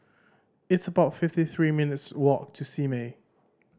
it's about fifty three minutes' walk to Simei